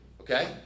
okay